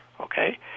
okay